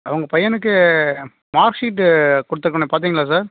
உங்கள் பையனுக்கு மார்க்ஷீட்டு கொடுத்துருக்கனே பார்த்தீங்களா சார்